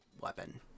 weapon